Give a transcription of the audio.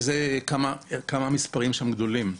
כמה המספרים שם גדולים.